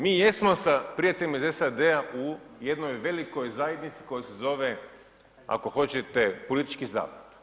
Mi jesmo sa prijateljima iz SAD-a u jednoj velikoj zajednici koja se zove, ako hoćete, politički zapad.